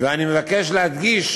ואני מבקש להדגיש